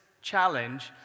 challenge